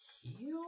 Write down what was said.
heal